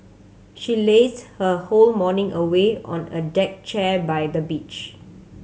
she lazed her whole morning away on a deck chair by the beach